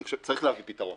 אני חושב שצריך להביא פתרון,